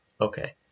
Okay